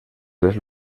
les